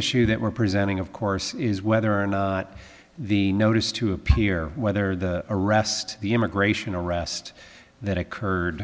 issue that we're presenting of course is whether or not the notice to appear whether the arrest the immigration arrest that occurred